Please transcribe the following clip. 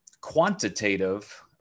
Quantitative